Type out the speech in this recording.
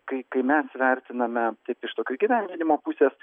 kai kai mes vertiname taip iš tokio įgyvendinimo pusės